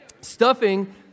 Stuffing